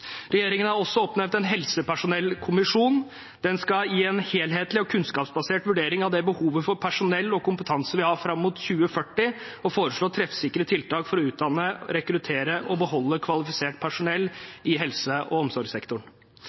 Regjeringen har også oppnevnt en helsepersonellkommisjon. Den skal gi en helhetlig og kunnskapsbasert vurdering av behovet for personell og kompetanse vi har fram mot 2040, og foreslå treffsikre tiltak for å utdanne, rekruttere og beholde kvalifisert personell i helse- og omsorgssektoren.